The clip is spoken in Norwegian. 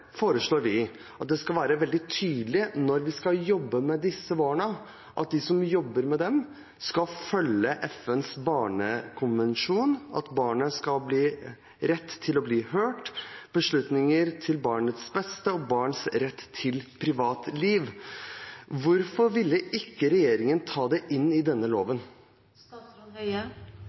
foreslår vi at det skal være veldig tydelig at når man skal jobbe med disse barna, skal man følge FNs barnekonvensjon når det gjelder barnets rett til å bli hørt, beslutninger til barnets beste og barns rett til privatliv. Hvorfor ville ikke regjeringen ta dette inn i denne